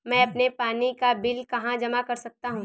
मैं अपने पानी का बिल कहाँ जमा कर सकता हूँ?